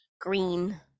green